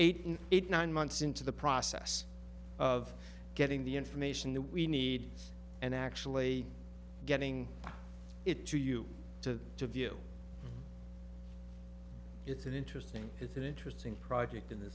eight eight nine months into the process of getting the information that we need and actually getting it to you to to view it's an interesting it's an interesting project in the